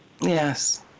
Yes